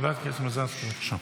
חברת הכנסת מזרסקי, בבקשה.